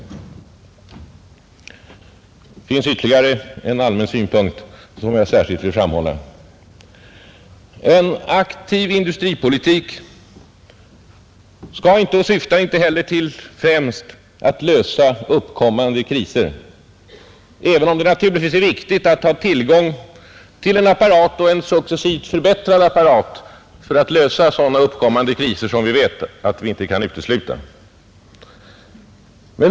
Det finns ytterligare en allmän synpunkt som jag särskilt vill framhålla. En aktiv industripolitik skall inte syfta till och syftar inte heller till främst att lösa uppkommande kriser, även om det naturligtvis är viktigt att ha tillgång till en apparat — och en successivt förbättrad apparat — för att lösa kriser, som vi vet att vi inte kan utesluta.